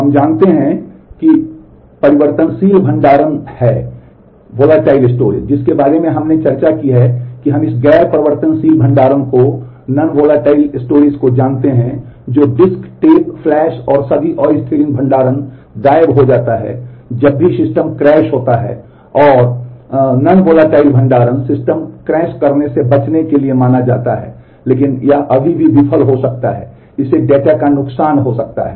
हम जानते हैं कि परिवर्तनशील भंडारण को जानते हैं जो डिस्क टेप फ्लैश और सभी अस्थिर भंडारण गायब हो जाता है जब भी सिस्टम क्रैश होता है और गैर वाष्पशील भंडारण सिस्टम क्रैश से बचने के लिए माना जाता है लेकिन यह अभी भी विफल हो सकता है इससे डेटा का नुकसान हो सकता है